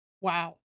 Wow